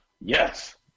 yes